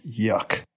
Yuck